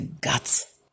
guts